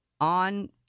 on